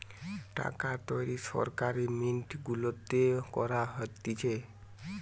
টাকা তৈরী সরকারি মিন্ট গুলাতে করা হতিছে